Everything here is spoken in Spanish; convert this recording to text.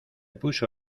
puso